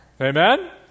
Amen